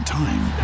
time